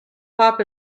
hop